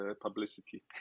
publicity